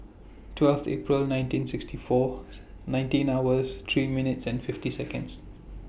twelve April nineteen sixty four nineteen hours three minutes fifty Seconds